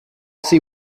see